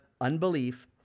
unbelief